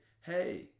hey